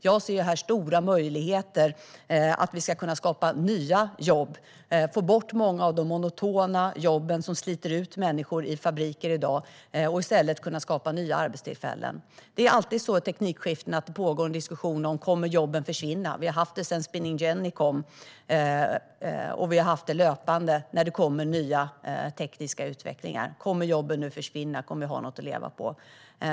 Jag ser här stora möjligheter att skapa nya arbetstillfällen och få bort många av de monotona jobb som sliter ut människor i fabriker i dag. Vid teknikskiften pågår det alltid en diskussion om huruvida jobben kommer att försvinna. Den diskussionen har förts löpande vid ny teknisk utveckling sedan Spinning Jenny kom. Kommer jobben nu att försvinna? Kommer vi att ha något att leva på?